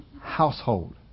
household